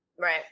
Right